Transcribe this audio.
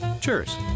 Cheers